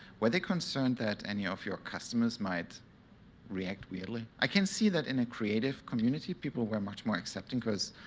were they concerned that any of your customers might react weirdly? i can see that in a creative community, people were much more accepting because,